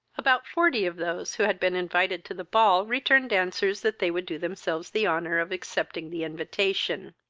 about forty of those who had been invited to the ball returned answers that they would do themselves the honour of accepting the invitation.